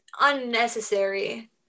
unnecessary